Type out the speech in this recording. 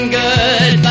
good